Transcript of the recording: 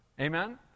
Amen